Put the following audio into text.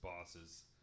bosses